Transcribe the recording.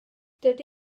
dydy